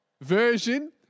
version